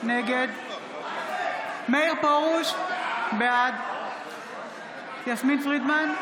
נגד מאיר פרוש, בעד יסמין פרידמן,